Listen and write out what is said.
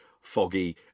foggy